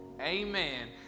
Amen